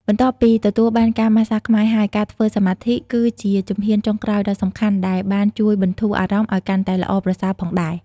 បន្ទាប់ពីទទួលបានការម៉ាស្សាខ្មែរហើយ ការធ្វើសមាធិគឺជាជំហានចុងក្រោយដ៏សំខាន់ដែលបានជួយបន្ធូរអារម្មណ៍ឱ្យកាន់តែល្អប្រសើរផងដែរ។